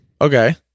Okay